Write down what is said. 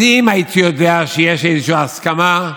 אז אם הייתי יודע שיש איזו הסכמה,